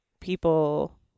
people